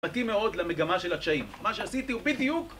מתאים מאוד למגמה של הקשיים. מה שעשיתי הוא בדיוק